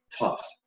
tough